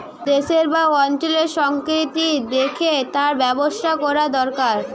দেশের বা অঞ্চলের সংস্কৃতি দেখে তার ব্যবসা কোরা দোরকার